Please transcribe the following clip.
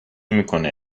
میکنه